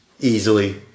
easily